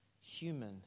human